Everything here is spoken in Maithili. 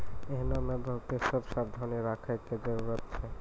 एहनो मे बहुते सभ सावधानी राखै के जरुरत छै